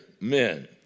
men